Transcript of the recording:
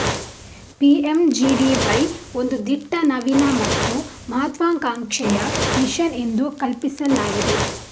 PMGDY ಒಂದು ದಿಟ್ಟ, ನವೀನ ಮತ್ತು ಮಹತ್ವಾಕಾಂಕ್ಷೆಯ ಮಿಷನ್ ಎಂದು ಕಲ್ಪಿಸಲಾಗಿದೆ